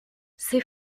ces